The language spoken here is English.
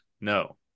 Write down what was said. No